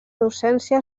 docència